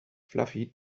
fluffy